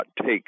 take